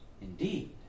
indeed